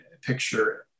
picture